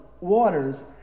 waters